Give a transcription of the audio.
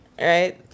Right